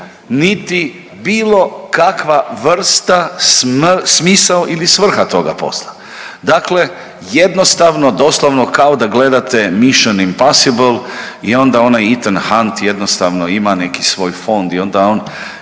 niti bilo kakva vrsta smisao ili svrha toga posla. Dakle, jednostavno doslovno kao da gledate Mishan Impossible i onda onaj Ethan Hant jednostavno ima neki svoj fond i onda on